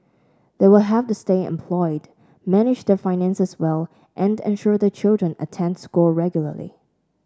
they will have to stay employed manage their finances well and ensure their children attend school regularly